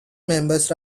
members